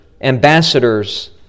ambassadors